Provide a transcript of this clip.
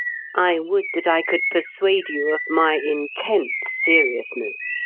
i would that i could persuade you of my intense seriousness!